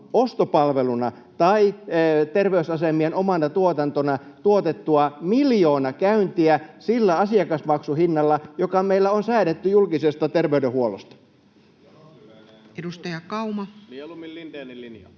ostopalveluna, tai terveysasemien omana tuotantona tuotettua miljoona käyntiä sillä asiakasmaksun hinnalla, joka meillä on säädetty julkisesta terveydenhuollosta. [Tere Sammallahti: Jonot lyhenee!